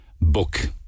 book